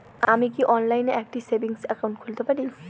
আমি কি অনলাইন একটি সেভিংস একাউন্ট খুলতে পারি?